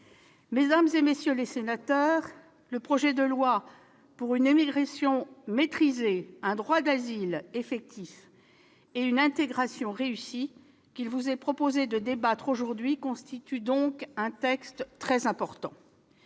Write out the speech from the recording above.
mesdames, messieurs les sénateurs, le projet de loi pour une immigration maîtrisée, un droit d'asile effectif et une intégration réussie qui vous est soumis est donc un texte très important.